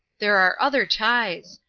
there are other ties.